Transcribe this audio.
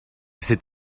cet